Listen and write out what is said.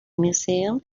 museum